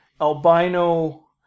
albino